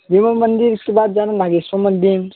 देवन मंदिर के बाद जाना है महेश्वर मंदिर